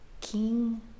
King